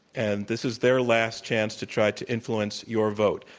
and this is their last chance to try to influence your vote.